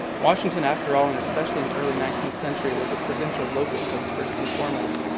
washington after all and especially in the early nineteenth century was a provincial local place first and foremost.